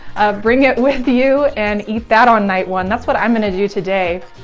bring it with you and eat that on night one. that's what i'm gonna do today.